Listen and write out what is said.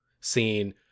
seen